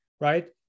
right